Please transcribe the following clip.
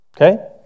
Okay